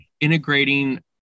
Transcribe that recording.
integrating